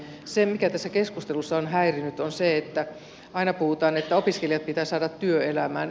se mikä tässä keskustelussa on häirinnyt on se että aina puhutaan että opiskelijat pitää saada työelämään